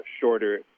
shorter